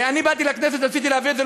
אני באתי לכנסת, רציתי להעביר את זה.